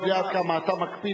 ואני יודע עד כמה אתה מקפיד,